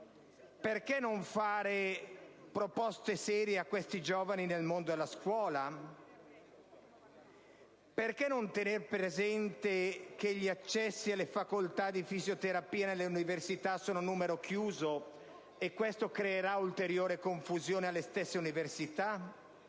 Perché non fare proposte serie a questi giovani nel mondo della scuola? Perché non tener presente che gli accessi alle facoltà di fisioterapia nelle università sono a numero chiuso e questo creerà ulteriore confusione alle stesse università,